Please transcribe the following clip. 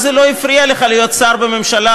אז זה לא הפריע לך להיות שר בממשלה,